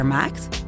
maakt